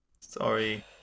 sorry